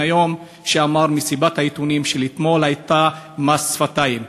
היום: מסיבת העיתונאים של אתמול הייתה מס שפתיים,